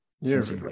yes